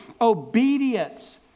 Obedience